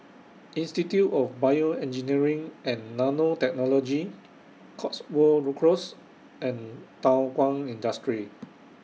Institute of Bioengineering and Nanotechnology Cotswold Close and Thow Kwang Industry